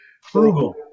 Frugal